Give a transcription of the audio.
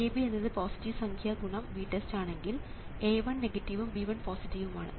VAB എന്നത് positive സംഖ്യ × VTEST ആണെങ്കിൽ A1 നെഗറ്റീവും B1 പോസിറ്റീവും ആണ്